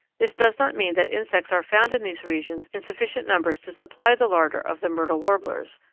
this does not mean that insects are found in these regions in sufficient numbers to supply the larder of the myrtle warblers,